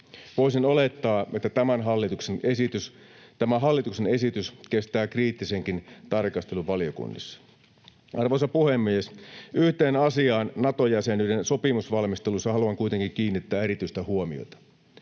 Voisin olettaa, että tämä hallituksen esitys kestää kriittisenkin tarkastelun valiokunnissa. Arvoisa puhemies! Yhteen asiaan Nato-jäsenyyden sopimusvalmistelussa haluan kuitenkin kiinnittää erityistä huomiota.